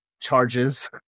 charges